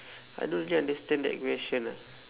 I don't really understand that question ah